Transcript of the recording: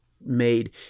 made